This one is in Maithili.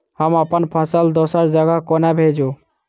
हम अप्पन फसल दोसर जगह कोना भेजू?